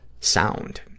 sound